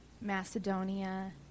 Macedonia